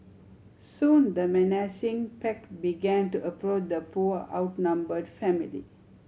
soon the menacing pack began to approach the poor outnumber family